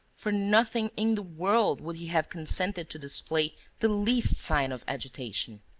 for nothing in the world would he have consented to display the least sign of agitation.